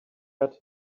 got